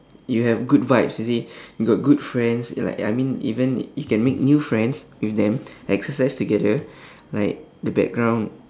you have good vibes you see you got good friends like I mean even you can make new friends with them exercise together like the background